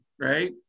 right